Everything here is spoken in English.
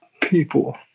people